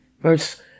Verse